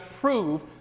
prove